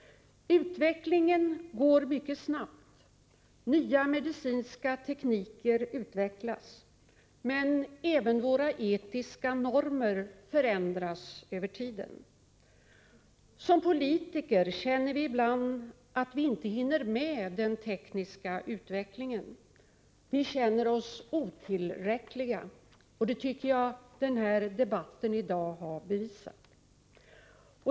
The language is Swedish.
Utvecklingen går mycket snabbt. Nya medicinska tekniker utvecklas. Men även våra etiska normer förändras över tiden. Som politiker känner vi ibland att vi inte hinner med den tekniska utvecklingen. Vi känner oss otillräckliga. Det har debatten i dag visat.